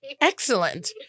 Excellent